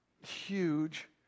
huge